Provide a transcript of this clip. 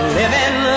living